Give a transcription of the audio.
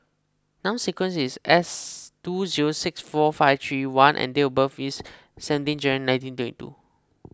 Number Sequence is S two zero six four five three one F and date of birth is seventeen January nineteen twenty two